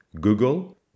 Google